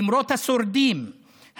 למרות השורדים,